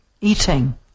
eating